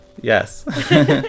yes